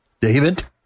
David